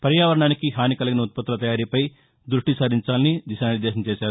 పర్యావరణానికి హాని కలగని ఉ త్పత్తుల తయారీపై దృష్టి సారించాలని దిశానిద్దేశం చేశారు